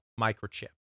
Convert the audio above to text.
microchip